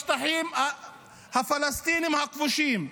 בשטחים הפלסטיניים הכבושים.